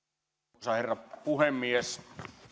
arvoisa herra puhemies